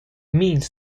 means